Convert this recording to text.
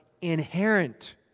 inherent